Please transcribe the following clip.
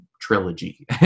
trilogy